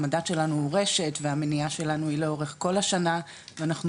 המדד שלנו הוא רשת והמניעה שלנו היא לאורך כל השנה ואנחנו